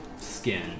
skin